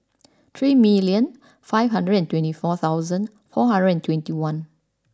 three million five hundred and twenty four thousand four hundred and twenty one